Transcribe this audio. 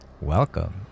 welcome